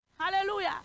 Hallelujah